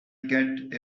get